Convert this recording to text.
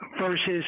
versus